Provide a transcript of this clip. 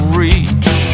reach